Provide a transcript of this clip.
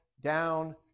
down